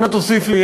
אנא תוסיף לי,